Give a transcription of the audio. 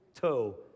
toe